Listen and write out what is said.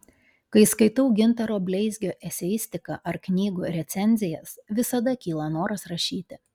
kai skaitau gintaro bleizgio eseistiką ar knygų recenzijas visada kyla noras rašyti